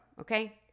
okay